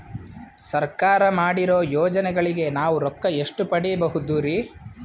ಸರ್ಕಾರ ಮಾಡಿರೋ ಯೋಜನೆಗಳಿಗೆ ನಾವು ರೊಕ್ಕ ಎಷ್ಟು ಪಡೀಬಹುದುರಿ?